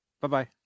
bye-bye